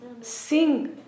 sing